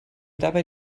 dabei